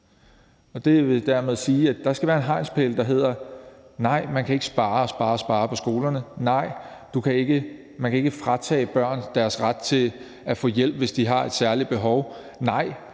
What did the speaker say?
der skal være nogle hegnspæle, der hedder: Nej, man kan ikke spare og spare på skolerne, nej, man kan ikke fratage børn deres ret til at få hjælp, hvis de har et særligt behov,